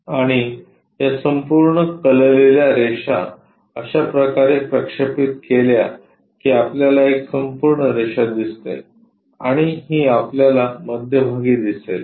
आणि या संपूर्ण कललेल्या रेषा अशा प्रकारे प्रक्षेपित केल्या की आपल्याला एक संपूर्ण रेषा दिसते आणि ही आपल्याला मध्यभागी दिसेल